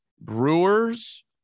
Brewers